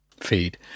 feed